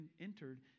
entered